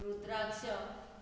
रुद्राक्ष